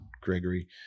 Gregory